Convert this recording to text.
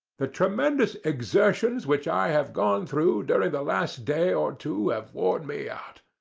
the tremendous exertions which i have gone through during the last day or two have worn me out.